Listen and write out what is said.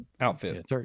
outfit